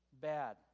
bad